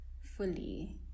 fully